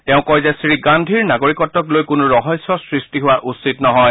তেওঁ কয় যে শ্ৰী গান্ধীৰ নাগৰিকত্বক লৈ কোনো ৰহস্য সৃষ্টি হোৱা উচিত নহয়